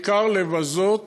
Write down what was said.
ובעיקר לבזות